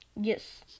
Yes